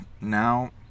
now